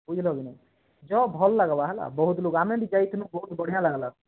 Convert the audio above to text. ବୁଝିଲ କି ନାଇଁ ଜଗ୍ ଭଲ୍ ଲାଗ୍ବା ହେଲା ବହୁତ ଲୋକ ଆମେ ବି ଯାଇଥିନୁ ବହୁତ ବଢ଼ିଆ ଲାଗ୍ଲା